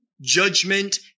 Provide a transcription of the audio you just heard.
Judgment